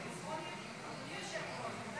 הצבעה.